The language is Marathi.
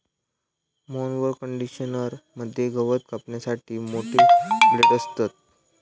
मॉवर कंडिशनर मध्ये गवत कापण्यासाठी मोठे ब्लेड असतत